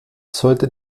sollte